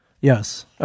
yes